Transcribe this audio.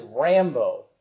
Rambo